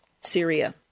Syria